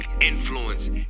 influence